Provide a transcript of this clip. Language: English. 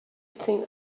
think